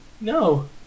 No